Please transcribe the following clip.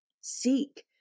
Seek